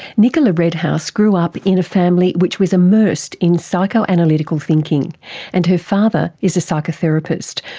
nicola redhouse grew up in family which was immersed in psychoanalytical thinking and her father is a psychotherapist,